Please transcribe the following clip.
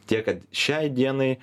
tiek kad šiai dienai